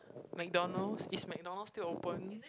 McDonald's is McDonald's still open